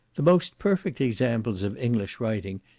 the most perfect examples of english writing,